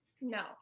No